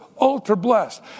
ultra-blessed